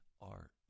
Art